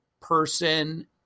person